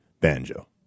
banjo